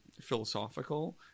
philosophical